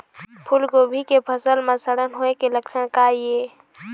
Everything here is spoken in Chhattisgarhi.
फूलगोभी के फसल म सड़न होय के लक्षण का ये?